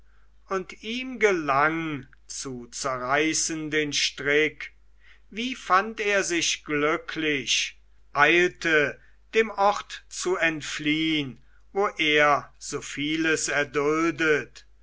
und es gelang ihm der strick zerriß wie fand er sich glücklich eilte dem ort zu entfliehn wo er so vieles erduldet